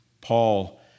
Paul